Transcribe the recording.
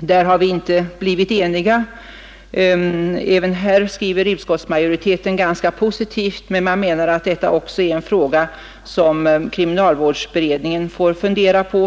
På den punkten har utskottets ledamöter inte blivit eniga. Även här skriver utskottsmajoriteten ganska positivt, men den anser att också detta är en fråga som kriminalvårdsberedningen bör fundera på.